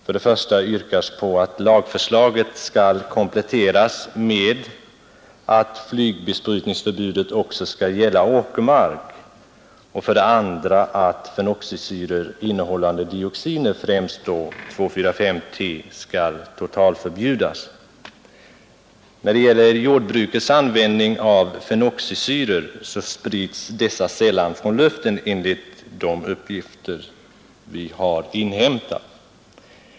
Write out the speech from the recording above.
För det första yrkas att lagförslaget skall kompletteras med att flygbesprutningsförbudet också skall gälla åkermark, och för det andra yrkas att fenoxisyror innehållande dioxiner, främst då 2,4,5-T, skall totalförbjudas. När det gäller jordbrukets användning av fenoxisyror så sprids dessa sällan från luften enligt de uppgifter vi har inhämtat.